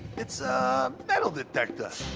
it's a metal detector.